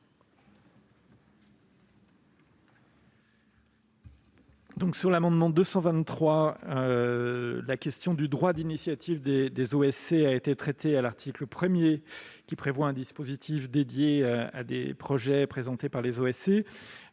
de la commission ? La question du droit d'initiative des OSC a été traitée à l'article 1, qui prévoit un dispositif dédié pour les projets présentés par les OSC.